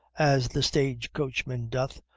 as the stage-coachman doth,